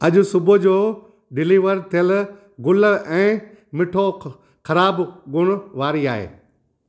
अॼु सुबुह जो डिलीवर थियल गुल ऐं मिठो ख़राब गुण वारी आहे